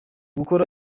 gukora